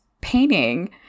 painting